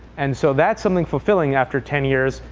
and so that's something fulfilling after ten years.